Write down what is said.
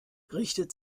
richtet